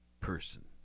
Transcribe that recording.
person